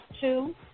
two